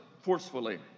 forcefully